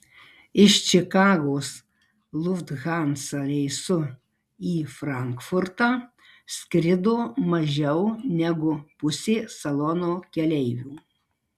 iš čikagos lufthansa reisu į frankfurtą skrido mažiau negu pusė salono keleivių